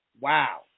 wow